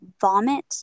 vomit